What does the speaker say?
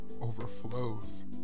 overflows